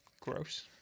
gross